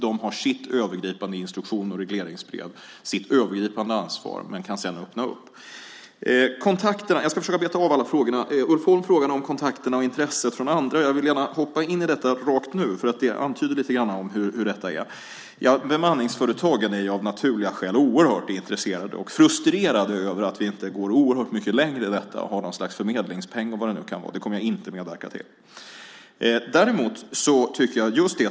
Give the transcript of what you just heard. De har sin övergripande instruktion och sitt regleringsbrev. De har sitt övergripande ansvar men kan sedan öppna upp. Jag ska försöka beta av alla frågorna. Ulf Holm frågade om kontakterna och intresset från andra. Jag vill gärna hoppa rakt in i detta, för det antyder lite grann om hur detta är. Ja, bemanningsföretagen är av naturliga skäl oerhört intresserade. Och de är frustrerade över att vi inte går oerhört mycket längre och har något slags förmedlingspeng och vad det nu kan vara - det kommer jag inte att medverka till.